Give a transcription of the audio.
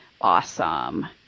awesome